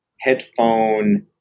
headphone